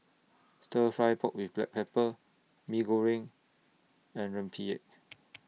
Stir Fry Pork with Black Pepper Mee Goreng and Rempeyek